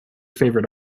favorite